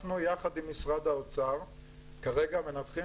אנחנו יחד עם משרד האוצר כרגע מנתחים